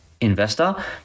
investor